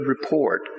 report